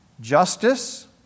justice